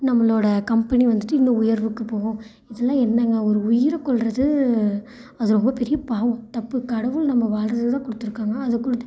நம்மளோடய கம்பெனி வந்துவிட்டு இன்னும் உயர்வுக்கு போகும் இதெல்லாம் என்னங்க ஒரு உயிரை கொல்வது அது ரொம்ப பெரிய பாவம் தப்பு கடவுள் நம்ம வாழ்றதுக்கு தான் கொடுத்துருக்காங்க அது கொடுத்த